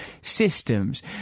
systems